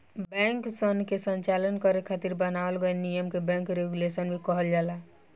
बैंकसन के संचालन करे खातिर बनावल गइल नियम के बैंक रेगुलेशन भी कहल जाला